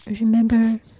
remember